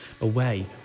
away